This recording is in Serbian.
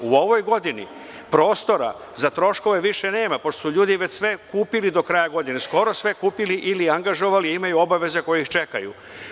U ovoj godini prostora za troškove više nema, pošto su ljudi već sve kupili do kraja godine, skoro sve kupili ili angažovali i imaju obaveze koje ih čekaju.